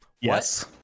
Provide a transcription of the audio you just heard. yes